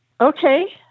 Okay